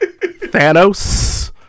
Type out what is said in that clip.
Thanos